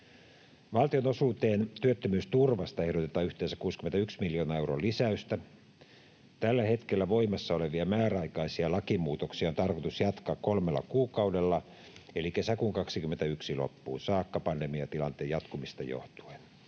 Valtionosuuteen työttömyysturvasta ehdotetaan yhteensä 61 miljoonan euron lisäystä. Tällä hetkellä voimassa olevia määräaikaisia lakimuutoksia on tarkoitus jatkaa kolmella kuukaudella eli kesäkuun 21 loppuun saakka pandemiatilanteen jatkumisesta johtuen.